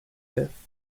death